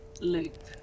loop